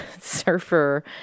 surfer